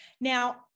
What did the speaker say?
Now